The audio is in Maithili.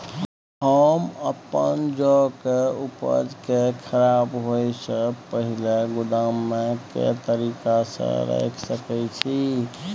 हम अपन जौ के उपज के खराब होय सो पहिले गोदाम में के तरीका से रैख सके छी?